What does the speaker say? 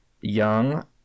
Young